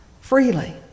Freely